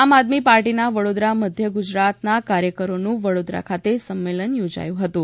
આમ આદમી પાર્ટીના વડોદરા મધ્ય ગુજરાતના કાર્યકરોનું વડોદરા ખાતે સંમેલન યોજાયું હતું